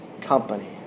company